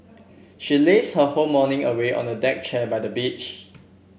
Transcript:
she lazed her whole morning away on a deck chair by the beach